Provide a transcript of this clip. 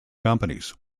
companies